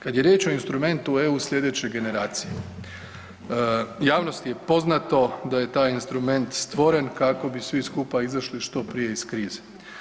Kada je riječ o instrumentu EU sljedeće generacije, javnosti je poznato da je taj instrument stvoren kako bi svi skupa izašli što prije iz krize.